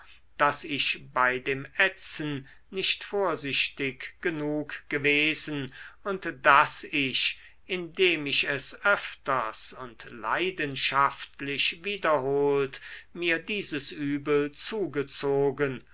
daß ich bei dem ätzen nicht vorsichtig genug gewesen und daß ich indem ich es öfters und leidenschaftlich wiederholt mir dieses übel zugezogen